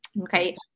Okay